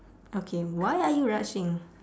okay why are you rushing